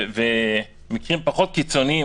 ומקרים פחות קיצוניים,